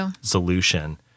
solution